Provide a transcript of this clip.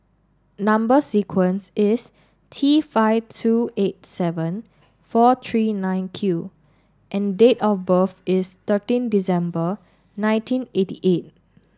number sequence is T five two eight seven four three nine Q and date of birth is thirteen December nineteen eighty eight